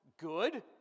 good